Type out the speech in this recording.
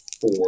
four